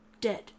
dead